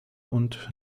und